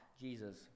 Jesus